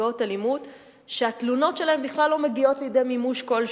נפגעות אלימות שהתלונות שלהן בכלל לא מגיעות לידי מימוש כלשהו.